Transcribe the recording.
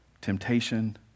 temptation